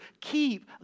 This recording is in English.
keep